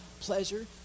pleasure